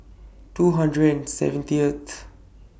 two hundred and seventieth